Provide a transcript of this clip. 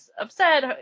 upset